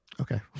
Okay